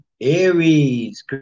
Aries